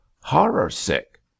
Horror-sick